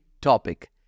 topic